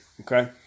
Okay